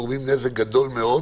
גורמים נזק גדול מאוד